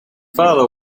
father